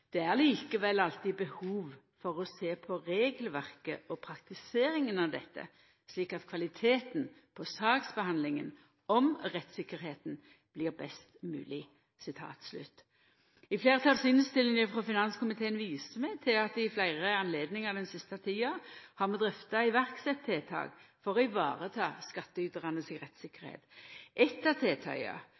Det er likevel alltid behov for å se på regelverket og praktiseringen av dette slik at kvaliteten på saksbehandlingen og rettssikkerheten blir best mulig.» I fleirtalsinnstillinga frå finanskomiteen viser vi til at vi ved fleire høve den siste tida har drøfta å setja i verk tiltak for å